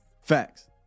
Facts